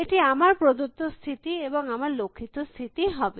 এটি আমার প্রদত্ত স্থিতি এবং আমার লক্ষিত স্থিতি হবে